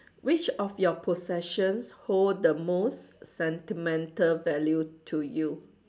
which of your possessions hold the most sentimental value to you